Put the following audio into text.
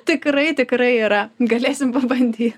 tikrai tikrai yra galėsim pabandy